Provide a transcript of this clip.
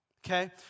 Okay